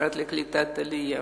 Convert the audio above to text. מהמשרד לקליטת העלייה.